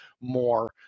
more